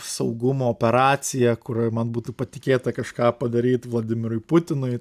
saugumo operacija kurioj man būtų patikėta kažką padaryt vladimirui putinui